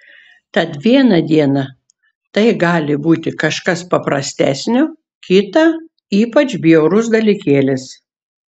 tad vieną dieną tai gali būti kažkas paprastesnio kitą ypač bjaurus dalykėlis